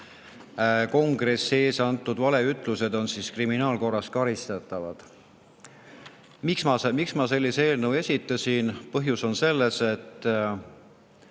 Kongressi ees antud valeütlused kriminaalkorras karistatavad. Miks ma sellise eelnõu esitasin? Põhjus on selles, et